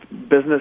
business